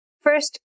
first